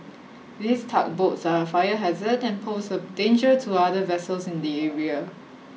these tugboats are a fire hazard and pose a danger to other vessels in the area